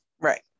right